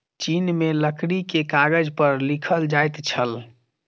चीन में लकड़ी के कागज पर लिखल जाइत छल